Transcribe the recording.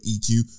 EQ